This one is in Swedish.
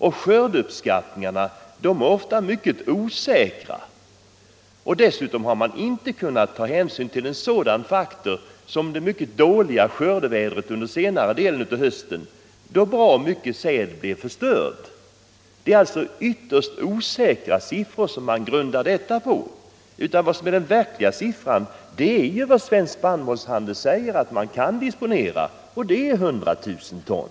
Men skördeuppskattningarna är ofta mycket osäkra, och dessutom har man inte kunnat ta hänsyn till en sådan faktor som det mycket dåliga skördevädret under senare delen av hösten, då ganska mycket säd blev förstörd. Det är alltså ytterst osäkra siffror som man grundade sin uppskattning på. Den verkliga siffran är vad Svensk spannmålshandel säger att man kan disponera, och det är 100 000 ton.